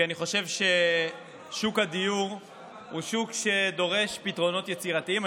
כי אני חושב ששוק הדיור הוא שוק שדורש פתרונות יצירתיים.